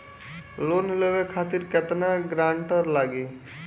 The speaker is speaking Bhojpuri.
लोन लेवे खातिर केतना ग्रानटर लागी?